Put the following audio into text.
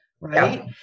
right